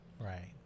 Right